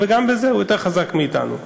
וגם בזה הוא יותר חזק מאתנו.